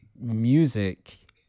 music